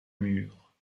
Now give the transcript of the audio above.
mur